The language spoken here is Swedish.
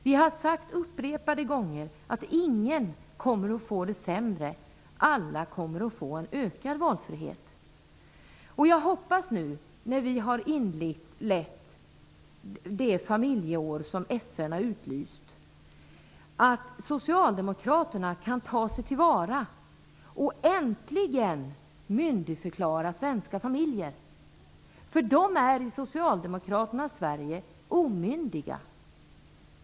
Vi har upprepade gånger sagt att ingen kommer att få det sämre; alla kommer att få en ökad valfrihet. Jag hoppas att -- nu när vi har inlett det familjeår som FN har utlyst -- socialdemokraterna äntligen kan myndigförklara svenska familjer. I socialdemokraternas Sverige är de omyndiga.